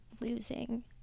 losing